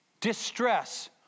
Distress